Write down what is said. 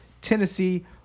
tennessee